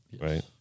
right